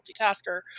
multitasker